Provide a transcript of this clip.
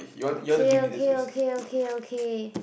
okay okay okay okay okay